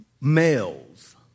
males